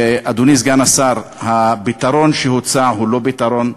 אדוני סגן השר, הפתרון שהוצע הוא לא פתרון.